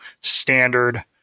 standard